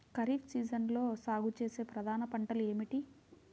ఖరీఫ్ సీజన్లో సాగుచేసే ప్రధాన పంటలు ఏమిటీ?